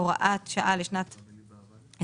"הוראת שעה לשנת .2025.